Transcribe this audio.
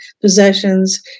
possessions